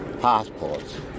passports